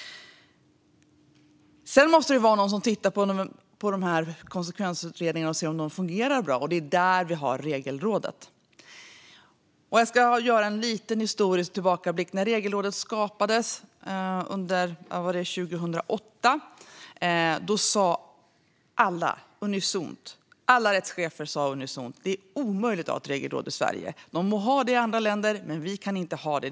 Sedan måste någon titta på konsekvensutredningarna och se om de fungerar bra. Det är där Regelrådet kommer in. Jag ska göra en liten historisk tillbakablick. När Regelrådet skapades 2008 sa alla rättschefer unisont att det är omöjligt att ha ett regelråd i Sverige. De må finnas i andra länder, men vi kan inte ha det.